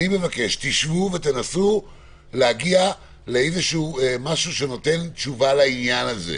אני מבקש: תשבו ותנסו להגיע למשהו שנותן תשובה לעניין הזה,